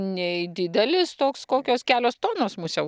nei didelis toks kokios kelios tonos musiau